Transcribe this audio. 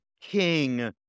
king